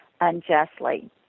unjustly